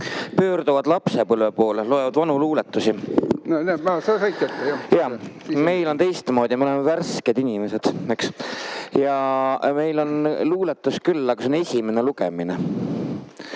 pöörduvad lapsepõlve poole, loevad vanu luuletusi. Meil on teistmoodi, me oleme värsked inimesed. Ja meil on luuletus küll, aga see on esimene lugemine.